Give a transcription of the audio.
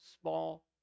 small